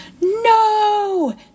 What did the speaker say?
No